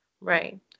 right